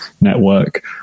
network